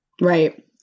right